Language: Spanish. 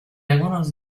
algunos